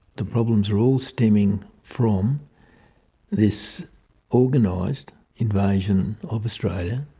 the problems are all stemming from this organised invasion of australia,